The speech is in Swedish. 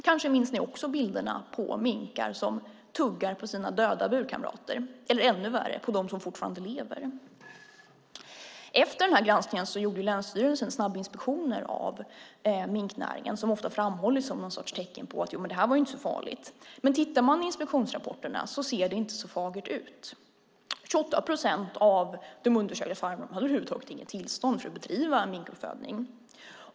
Kanske minns ni också bilderna på minkar som tuggar på sina döda burkamrater, eller - ännu värre - på dem som fortfarande lever. Efter denna granskning gjorde länsstyrelsen snabbinspektioner av minknäringen, vilket ofta har framhållits som något sorts tecken på att det inte var så farligt. Tittar man i inspektionsrapporterna ser det dock inte så fagert ut. 28 procent av de undersökta farmerna hade över huvud taget inget tillstånd för att bedriva minkuppfödning.